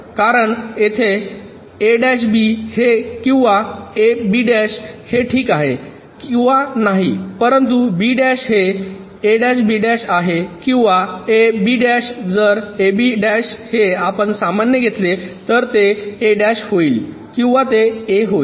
कारण येथे हे किंवा हे ठीक आहे किंवा नाही परंतु हे आहे किंवा जर हे आपण सामान्य घेतले तर ते होईल किंवा ते होईल